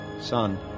Son